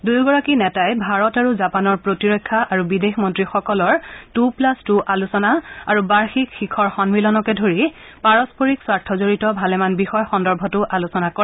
দুয়োগৰাকী নেতাই ভাৰত আৰু জাপানৰ প্ৰতিৰক্ষা আৰু বিদেশমন্ত্ৰীসকলৰ টু প্লাচ টু আলোচনা আৰু বাৰ্ষিক শিখৰ সন্মিলনকে ধৰি পাৰস্পৰিক স্বাৰ্থজডিত ভালেমান বিষয় সন্দৰ্ভতো আলোচনা কৰে